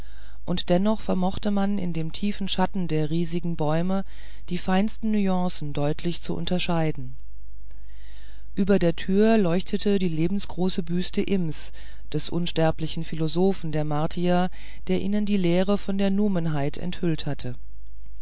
und dennoch vermochte man in dem tiefen schatten der riesigen bäume die feinsten nuancen deutlich zu unterscheiden über der tür leuchtete die lebensgroße büste imms des unsterblichen philosophen der martier der ihnen die lehre von der numenheit enthüllt hatte